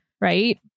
right